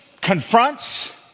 confronts